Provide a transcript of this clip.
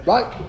Right